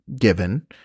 given